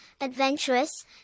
adventurous